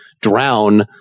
drown